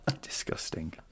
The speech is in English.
Disgusting